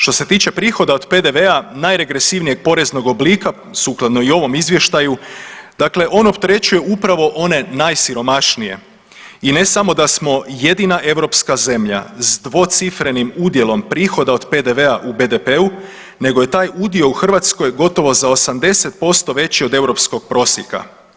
Što se tiče prihoda od PDV-a najregresivnijeg poreznog oblika sukladno i ovom izvještaju dakle on opterećuje upravo one najsiromašnije i ne samo da smo jedina europska zemlja s dvocifrenim udjelom prihoda od PDV-a u BDP-u nego je taj udio u Hrvatskoj gotovo za 80% veći od europskog prosjeka.